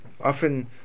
often